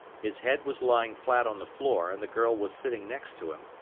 his head was lying flat on the floor and the girl was sitting next to him,